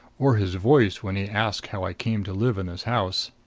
or his voice when he asked how i came to live in this house.